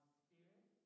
spirit